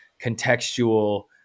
contextual